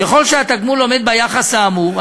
ככל שהתגמול עומד ביחס האמור,